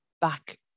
back